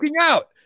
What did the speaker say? out